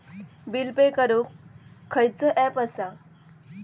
Bill pay करूक खैचो app असा?